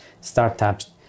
startups